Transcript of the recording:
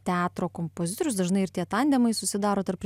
teatro kompozitorius dažnai ir tie tandemai susidaro tarp